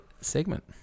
segment